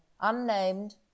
unnamed